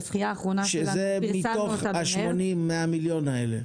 ה-80 הם מתוך ה-100 מיליון האלה.